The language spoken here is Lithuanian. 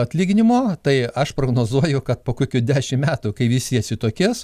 atlyginimo tai aš prognozuoju kad po kokių dešimt metų kai visi atsitokės